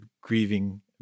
grieving